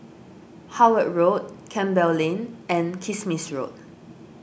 Howard Road Campbell Lane and Kismis Road